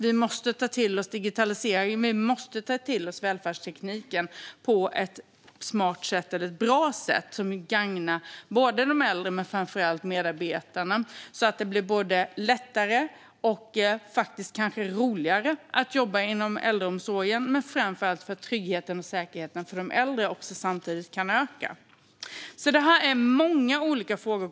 Vi måste ta till oss digitaliseringen och välfärdstekniken på ett smart eller bra sätt som gagnar både de äldre och medarbetarna, så att det blir både lättare och faktiskt kanske roligare att jobba inom äldreomsorgen och så att framför allt tryggheten och säkerheten för de äldre kan öka. Detta rör många olika frågor.